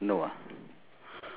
and one brown